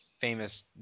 famous